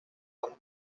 comme